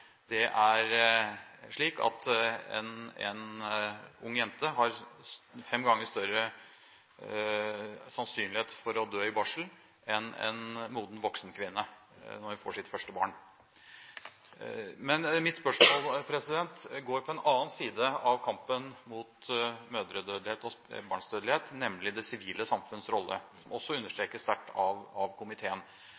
Det er slik at en ung jente har fem ganger større sannsynlighet for å dø i barsel enn en moden, voksen kvinne når hun får sitt første barn. Mitt spørsmål går på en annen side av kampen mot mødredødelighet og spedbarnsdødelighet, nemlig det sivile samfunns rolle, som også